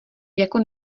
jako